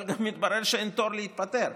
אבל גם מתברר שאין תור להתפטר.